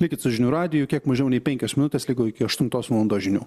likit su žinių radiju kiek mažiau nei penkios minutės liko iki aštuntos valandos žinių